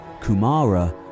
kumara